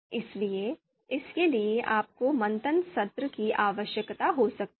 इसलिए इसके लिए आपको मंथन सत्र की आवश्यकता हो सकती है